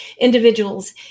individuals